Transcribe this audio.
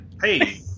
Hey